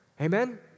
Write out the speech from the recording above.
Amen